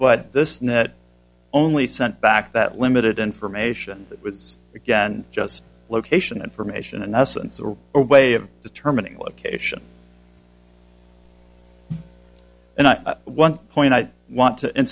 but this only sent back that limited information that was again just location information and essence or a way of determining location and one point i want to